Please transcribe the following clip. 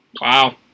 wow